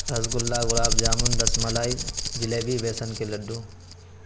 رس گلہ گلاب جامن رس ملائی جلیبی بیسن کے لڈو